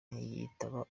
ntiyitaba